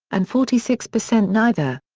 and forty six percent neither.